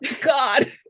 god